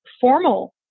formal